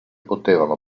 potevano